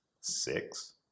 six